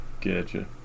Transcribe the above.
getcha